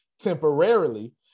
temporarily